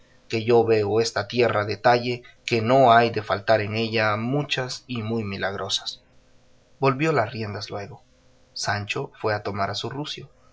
que yo veo esta tierra de talle que no han de faltar en ella muchas y muy milagrosas volvió las riendas luego sancho fue a tomar su rucio